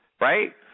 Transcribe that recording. right